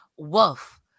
wolf